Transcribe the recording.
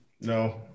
No